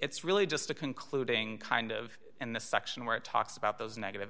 it's really just a concluding kind of in the section where it talks about those negative